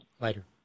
Later